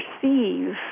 perceive